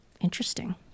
interesting